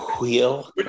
wheel